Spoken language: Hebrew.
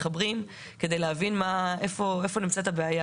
כדי להבין איפה נמצאת הבעיה.